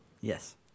Yes